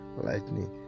lightning